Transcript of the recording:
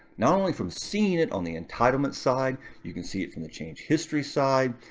not only from seeing it on the entitlement side, you can see it from the change history side.